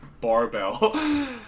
barbell